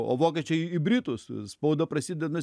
o vokiečiai į britus spauda prasideda